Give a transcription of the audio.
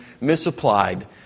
misapplied